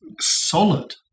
solid